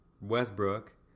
Westbrook